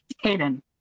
Hayden